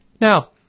Now